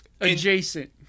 adjacent